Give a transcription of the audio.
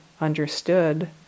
understood